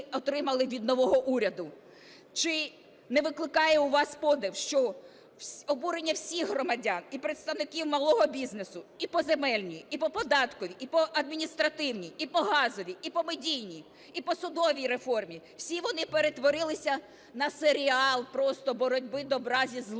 отримали від нового уряду. Чи не викликає у вас подив, що обурення всіх громадян і представників малого бізнесу і по земельній, і по податковій, і по адміністративній, і по газовій, і по медійній, і по судовій реформі – всі вони перетворилися на серіал просто боротьби добра зі злом.